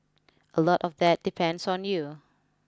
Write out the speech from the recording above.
a lot of that depends on you